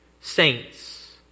saints